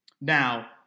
Now